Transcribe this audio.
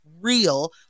real